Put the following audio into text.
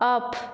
off